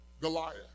Goliath